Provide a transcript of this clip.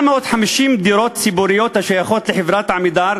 450 דירות ציבוריות השייכות לחברת "עמידר"